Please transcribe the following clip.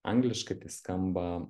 angliškai skamba